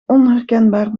onherkenbaar